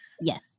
Yes